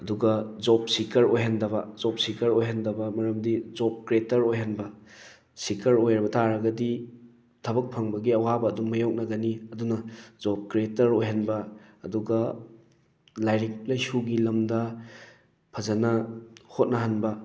ꯑꯗꯨꯒ job seeker ꯑꯣꯏꯍꯟꯗꯕ job seeker ꯑꯣꯏꯍꯟꯗꯕ ꯃꯔꯝꯗꯤ ꯖꯣꯕ ꯀ꯭ꯔꯤꯌꯦꯇꯔ ꯑꯣꯏꯍꯟꯕ ꯁꯤꯛꯀꯔ ꯑꯣꯏꯔꯕ ꯇꯥꯔꯒꯗꯤ ꯊꯕꯛ ꯐꯪꯕꯒꯤ ꯑꯋꯥꯕ ꯑꯗꯨꯝ ꯃꯥꯏꯌꯣꯛꯅꯒꯅꯤ ꯑꯗꯨꯅ ꯖꯣꯕ ꯀ꯭ꯔꯤꯌꯦꯇꯔ ꯑꯣꯏꯍꯟꯕ ꯑꯗꯨꯒ ꯂꯥꯏꯔꯤꯛ ꯂꯥꯏꯁꯨꯒꯤ ꯂꯝꯗ ꯐꯖꯅ ꯍꯣꯠꯅꯍꯟꯕ